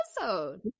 episode